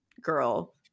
girl